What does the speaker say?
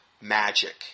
magic